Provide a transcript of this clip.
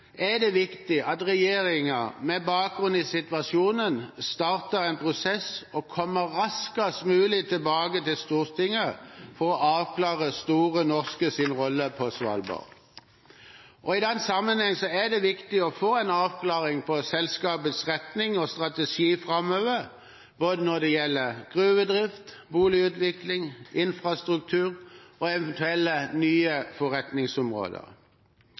er det viktig at regjeringen med bakgrunn i situasjonen starter en prosess og kommer raskest mulig tilbake til Stortinget for å avklare Store Norskes rolle på Svalbard. I den sammenheng er det viktig å få en avklaring av selskapets retning og strategi framover både når det gjelder gruvedrift, boligutvikling, infrastruktur og eventuelle nye forretningsområder.